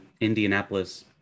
Indianapolis